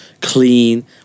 Clean